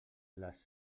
les